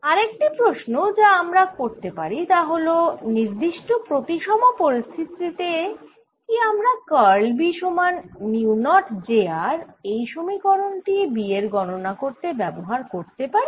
আরেকটি প্রশ্ন যা আমরা করতে পারি তা হল নির্দিষ্ট প্রতিসম পরিস্থিতি তে কি আমরা কার্ল B সমান মিউ নট j r এই সমীকরণ টি B এর গণনা করতে ব্যবহার করতে পারি